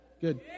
Good